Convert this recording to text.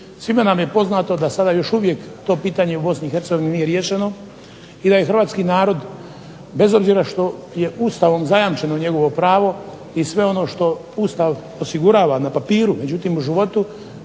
Svima nam je poznato da sada još uvijek to pitanje u BiH nije riješeno i da je hrvatski narod bez obzira što je Ustavom zajamčeno njegovo pravo i sve ono što Ustav osigurava na papiru, međutim u životu